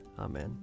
Amen